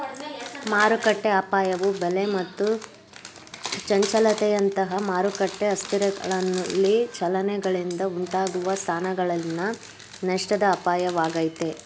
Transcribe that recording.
ಮಾರುಕಟ್ಟೆಅಪಾಯವು ಬೆಲೆ ಮತ್ತು ಚಂಚಲತೆಯಂತಹ ಮಾರುಕಟ್ಟೆ ಅಸ್ಥಿರಗಳಲ್ಲಿ ಚಲನೆಗಳಿಂದ ಉಂಟಾಗುವ ಸ್ಥಾನಗಳಲ್ಲಿನ ನಷ್ಟದ ಅಪಾಯವಾಗೈತೆ